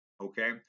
okay